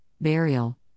burial